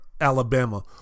Alabama